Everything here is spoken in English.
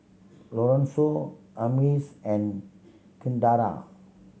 Lorenzo Amaris and Kindra